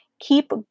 keep